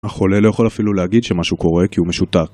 החולה לא יכול אפילו להגיד שמשהו קורה כי הוא משותק